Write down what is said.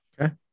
Okay